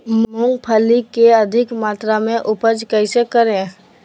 मूंगफली के अधिक मात्रा मे उपज कैसे करें?